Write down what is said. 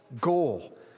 goal